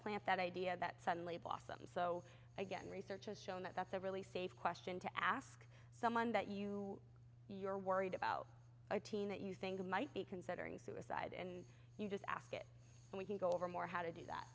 plant that idea that suddenly blossomed so again research has shown that that's a really safe question to ask someone that you you're worried about a teen that you think might be considering suicide and you just ask it and we can go over more how to do that